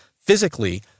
physically